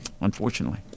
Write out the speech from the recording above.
unfortunately